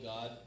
God